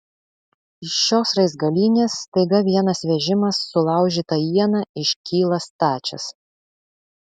iš šios raizgalynės staiga vienas vežimas sulaužyta iena iškyla stačias